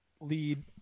lead